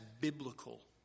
biblical